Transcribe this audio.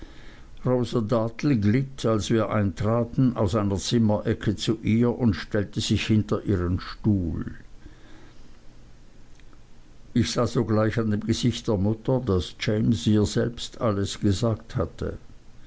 glitt als wir eintraten aus einer zimmerecke zu ihr und stellte sich hinter ihren stuhl ich sah sogleich an dem gesicht der mutter daß james ihr selbst alles gesagt hatte